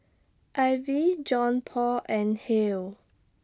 Ivey Johnpaul and Hill